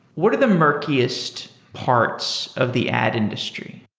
what are the murkiest parts of the ad industry?